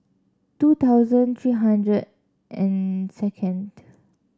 two thousand three hundred and second